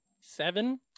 seven